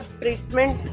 treatment